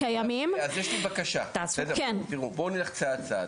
אז יש לי בקשה, תראו, בואו נלך צעד צעד.